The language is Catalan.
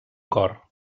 cor